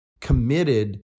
committed